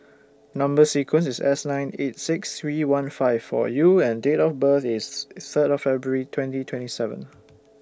Number sequence IS S nine eight six three one five four U and Date of birth IS Third of February twenty twenty seven